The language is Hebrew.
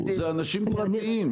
זה אנשים פרטיים.